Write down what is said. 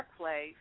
airplay